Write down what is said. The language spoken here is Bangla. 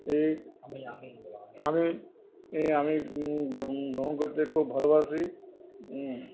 এই আমি এই আমি ভ্রামো ভ্রমণ করতে খুব ভালোবাসি হুম